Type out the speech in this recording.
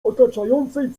otaczającej